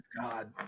God